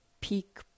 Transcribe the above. peak